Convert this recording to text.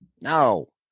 No